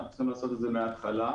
אנחנו צריכים לעשות את זה מן ההתחלה.